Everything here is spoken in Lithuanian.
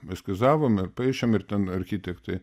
eskizavom ir paišėm ir ten architektai